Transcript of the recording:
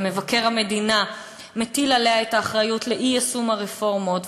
ומבקר המדינה מטיל עליה את האחריות לאי-יישום הרפורמות,